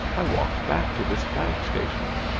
i walked back to this flag station.